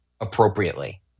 appropriately